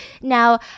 Now